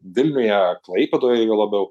vilniuje klaipėdoj juo labiau